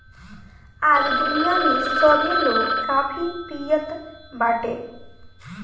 आज दुनिया में सभे लोग काफी पियत बाटे